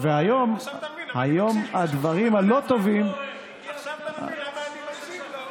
עכשיו אתה מבין למה אני מקשיב לו.